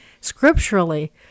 scripturally